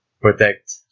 protect